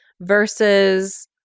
versus